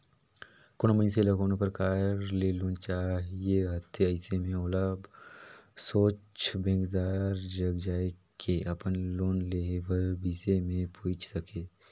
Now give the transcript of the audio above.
कोनो मइनसे ल कोनो परकार ले लोन चाहिए रहथे अइसे में ओला सोझ बेंकदार जग जाए के अपन लोन लेहे कर बिसे में पूइछ सके